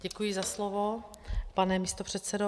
Děkuji za slovo, pane místopředsedo.